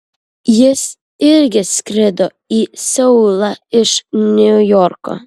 jis irgi skrido į seulą iš niujorko